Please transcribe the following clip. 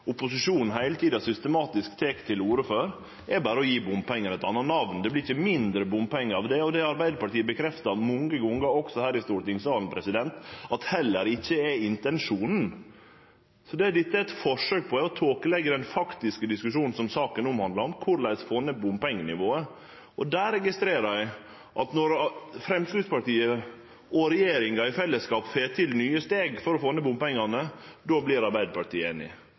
berre å gje bompengar eit anna namn. Det vert ikkje mindre bompengar av det, og det har Arbeidarpartiet bekrefta mange gonger også her i stortingssalen at heller ikkje er intensjonen. Det dette er eit forsøk på, er å tåkeleggje den faktiske diskusjonen som saka omhandlar: Korleis få ned bompengenivået? Der registrerer eg at når Framstegspartiet og regjeringa i fellesskap får til nye steg for å få ned bompengane, vert Arbeidarpartiet einig.